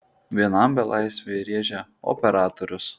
vienam belaisviui rėžia operatorius